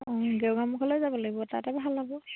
অঁ গেৰুকামুখলৈ যাব লাগিব তাতহে ভাল হ'ব